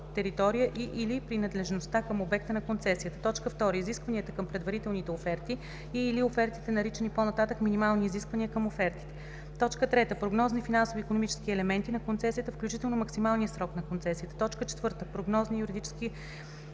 територия и/или принадлежностите към обекта на концесията; 2. изискванията към предварителните оферти и/или офертите, наричани по-нататък „минимални изисквания към офертите“; 3. прогнозни финансово-икономически елементи на концесията, включително максималния срок на концесията; 4. прогнозни юридически